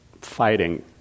fighting